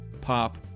pop